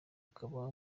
akaba